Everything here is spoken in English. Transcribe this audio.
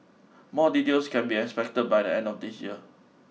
more details can be expect by the end of this year